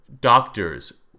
doctors